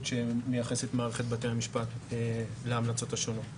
שמייחסת מערכת בתי המשפט להמלצות השונות.